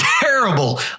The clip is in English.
terrible